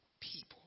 people